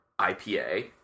IPA